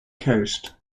coast